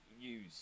use